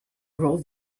roll